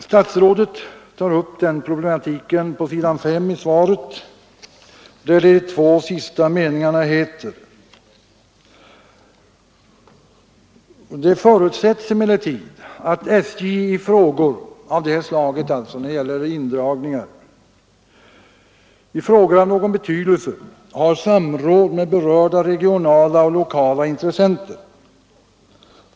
Statsrådet tar upp den problematiken på s. 5 i interpellationssvaret, där det heter: ”Det förutsätts emellertid, att SJ i frågor av någon betydelse” — frågor som gäller indragningar — ”har samråd med berörda regionala och lokala intressenter.